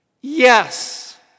yes